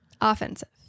Offensive